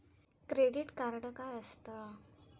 Credit card काय असता?